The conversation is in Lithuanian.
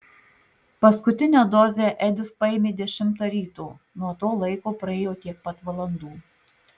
paskutinę dozę edis paėmė dešimtą ryto nuo to laiko praėjo tiek pat valandų